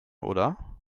oder